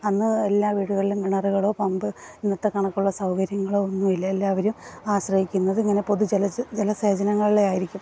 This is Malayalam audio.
അന്ന് എല്ലാ വീടുകളിലും കിണറുകളോ പമ്പ് ഇന്നത്തെ കണക്കുള്ള സൗകര്യങ്ങളോ ഒന്നുമില്ല എല്ലാവരും ആശ്രയിക്കുന്നത് ഇങ്ങനെ പൊതു ജലസേചനങ്ങളെ ആയിരിക്കും